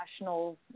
national